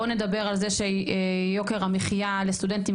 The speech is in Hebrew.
בוא נדבר על זה שיוקר המחייה לסטודנטים,